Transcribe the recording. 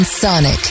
Sonic